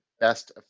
best